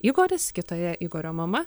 igoris kitoje igorio mama